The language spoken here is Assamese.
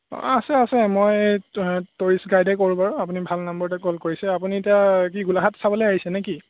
অঁ আছে আছে মই টুৰিষ্ট গাইডে কৰোঁ বাৰু আপুনি ভাল নাম্বাৰতে কল কৰিছে আপুনি এতিয়া কি গোলাঘাট চাবলৈ আহিছে নে কি